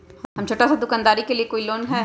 हम छोटा सा दुकानदारी के लिए कोई लोन है कि?